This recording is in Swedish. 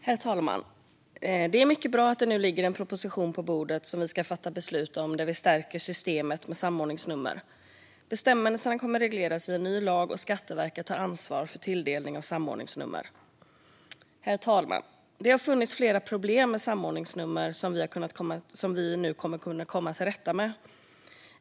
Herr talman! Det är mycket bra att det nu ligger en proposition på bordet som vi ska fatta beslut om och där systemet med samordningsnummer stärks. Bestämmelserna kommer att regleras i en ny lag, och Skatteverket tar ansvar för tilldelning av samordningsnummer. Stärkt system för samordningsnummer Herr talman! Det har funnits flera problem med samordningsnummer som vi nu kommer att kunna komma till rätta med.